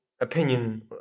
opinion